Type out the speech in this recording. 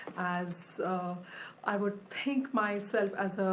as i would think myself as